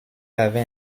avait